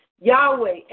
Yahweh